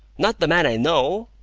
not the man i know?